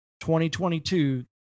2022